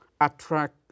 attract